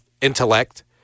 intellect